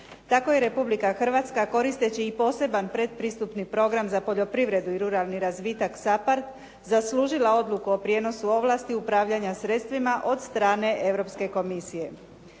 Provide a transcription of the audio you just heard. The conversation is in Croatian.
Tako je Republika Hrvatska koristeći i poseban predpristupni program za poljoprivredu i ruralni razvitak SAPARD zaslužila odluku o prijenosu ovlasti upravljanja sredstvima od strane Europske komisije.